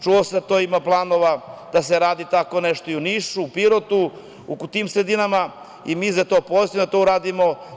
Čuo sam da ima planova da se radi tako nešto i u Nišu, u Pirotu, u tim sredinama i mi nastojimo da to da uradimo.